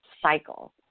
cycle